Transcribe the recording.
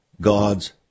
God's